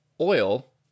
oil